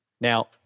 Now